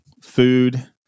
Food